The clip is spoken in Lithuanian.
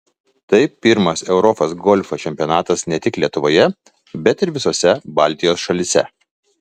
tai pirmas europos golfo čempionatas ne tik lietuvoje bet ir visose baltijos šalyse